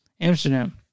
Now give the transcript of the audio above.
Amsterdam